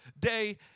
day